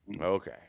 Okay